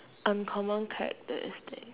uncommon characteristic